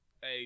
Hey